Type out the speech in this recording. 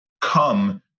come